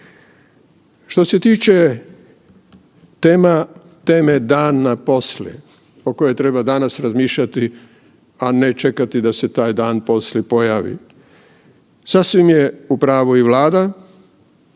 Što se tiče tema, teme dana poslije o kojoj treba danas razmišljati, a ne čekati da se taj dan poslije pojavi. Sasvim je u pravu i Vlada